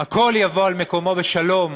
הכול יבוא על מקומו בשלום